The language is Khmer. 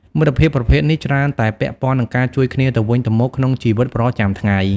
មិត្តភាពប្រភេទនេះច្រើនតែពាក់ព័ន្ធនឹងការជួយគ្នាទៅវិញទៅមកក្នុងជីវិតប្រចាំថ្ងៃ ។